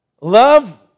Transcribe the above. love